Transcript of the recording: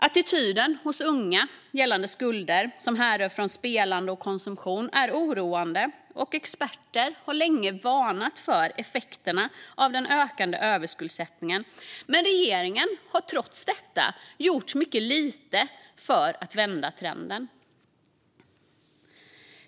Attityden hos unga gällande skulder som härrör från spelande och konsumtion är oroande. Experter har länge varnat för effekterna av den ökande överskuldsättningen, men regeringen har trots detta gjort mycket lite för att vända trenden.